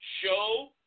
show